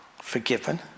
forgiven